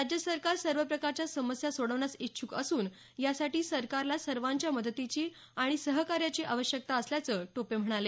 राज्य सरकार सर्व प्रकारच्या समस्या सोडवण्यास इच्छूक असून यासाठी सरकारला सर्वांच्या मदतीची आणि सहकार्याची आवश्यकता असल्याचं टोपे म्हणाले